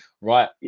right